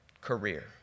career